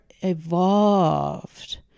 evolved